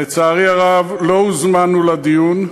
לצערי הרב, לא הוזמנו לדיון.